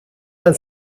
pan